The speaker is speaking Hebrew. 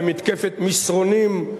במתקפת מסרונים,